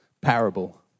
parable